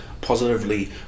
positively